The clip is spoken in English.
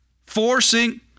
forcing